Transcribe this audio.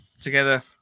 together